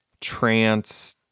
trance